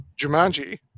Jumanji